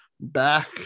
back